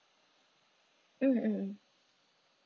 mm mm mm